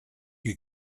you